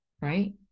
right